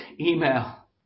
email